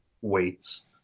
weights